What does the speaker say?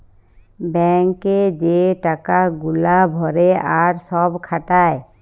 bank এ যে টাকা গুলা ভরে আর সব খাটায়